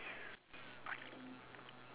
the house your house something special got words